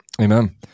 Amen